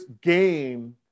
game